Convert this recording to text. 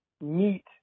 meet